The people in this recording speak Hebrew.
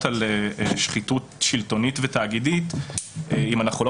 על שחיתות שלטונית ותאגידית - אם אנחנו לא